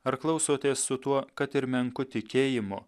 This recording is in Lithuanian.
ar klausotės su tuo kad ir menku tikėjimu